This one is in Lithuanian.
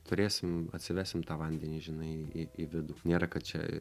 turėsim atsivesim tą vandenį žinai į į vidų nėra kad čia